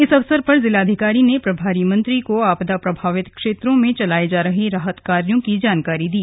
इस अवसर पर जिलाधिकारी ने प्रभारी मंत्री को आपदा प्रभावित क्षेत्रों में चलाए जा रहे राहत कार्यों की जानकारी दी